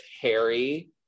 Harry